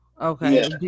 Okay